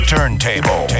Turntable